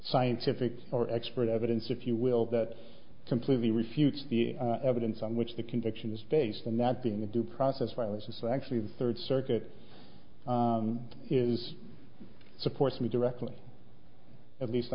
scientific or expert evidence if you will that completely refutes the evidence on which the conviction is based and that being the due process by which is actually the third circuit is supports me directly at least